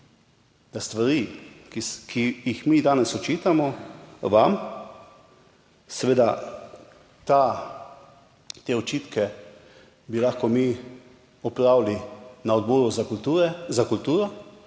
da stvari, ki jih mi danes očitamo vam seveda te očitke bi lahko mi opravili na Odboru za kulturo,